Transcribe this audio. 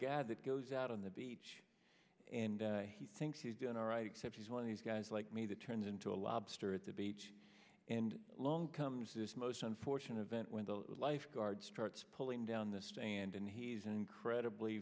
gad that goes out on the beach and he thinks he's done all right except he's one of these guys like me that turns into a lobster at the beach and along comes this most unfortunate event when the lifeguard starts pulling down the stand and he's an incredibly